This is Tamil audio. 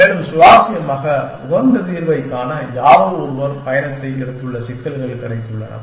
மேலும் சுவாரஸ்யமாக உகந்த தீர்வைக் காண யாரோ ஒருவர் பயணத்தை எடுத்துள்ள சிக்கல்கள் கிடைத்துள்ளன